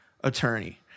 attorney